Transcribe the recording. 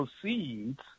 proceeds